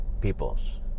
peoples